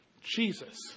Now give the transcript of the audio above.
Jesus